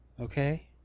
Okay